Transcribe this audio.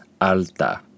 alta